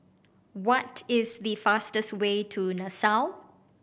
what is the fastest way to Nassau